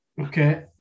Okay